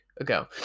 ago